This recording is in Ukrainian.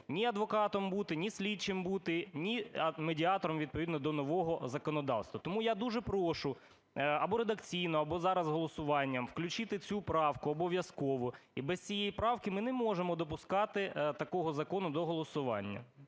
ні адвокатом бути, ні слідчим бути, ні медіатором - відповідно до нового законодавства. Тому я дуже прошу або редакційно, або зараз голосуванням включити цю правку обов'язково. І без цієї правки ми не можемо допускати такого закону до голосування.